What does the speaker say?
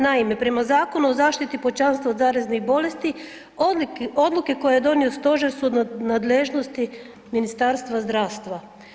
Naime, prema Zakonu o zaštiti pučanstva od zaraznih bolesti odluke koje donio stožer su u nadležnosti Ministarstva zdravstva.